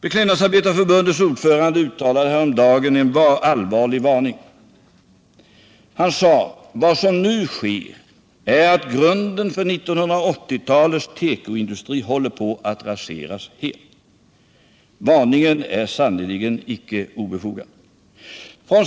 Beklädnadsarbetarnas förbunds ordförande uttalade häromdagen en allvarlig varning. Han sade att vad som nu skett är att grunden för 1980-talets tekoindustri håller på att raseras helt. Varningen är sannerligen icke obefogad.